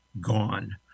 gone